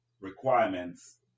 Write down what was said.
requirements